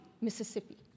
Mississippi